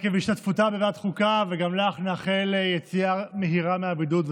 החוק קבע הסדר דומה גם לגבי בתי דין צבאיים,